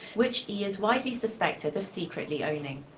which he's widely suspected of secretly owning.